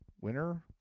winner